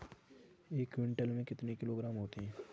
एक क्विंटल में कितने किलोग्राम होते हैं?